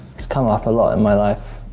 it's come up a lot in my life.